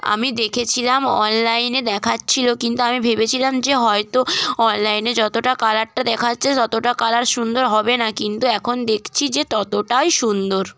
আমি দেখেছিলাম অনলাইনে দেখাচ্ছিলো কিন্তু আমি ভেবেছিলাম যে হয়তো অনলাইনে যতটা কালারটা দেখাচ্ছে ততটা কালার সুন্দর হবে না কিন্তু এখন দেখছি যে ততটাই সুন্দর